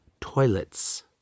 toilets